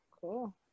Cool